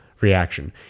reaction